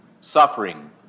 suffering